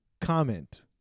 comment